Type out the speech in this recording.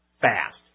fast